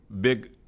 big –